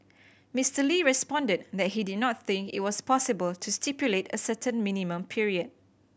Mister Lee responded that he did not think it was possible to stipulate a certain minimum period